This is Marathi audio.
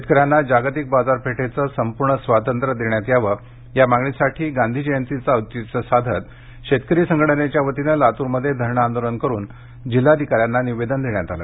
शेतकऱ्यांना जागतिक बाजारपेठेचे संपूर्ण स्वातंत्र्य देण्यात यावे या मागणीसाठी गांधी जयंतीचं औचित्य साधत शेतकरी संघटनेच्या वतीने लातूरमध्ये धरणे आंदोलन करून जिल्हाधिकाऱ्यांना निवेदन देण्यात आले